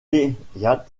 yates